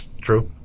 True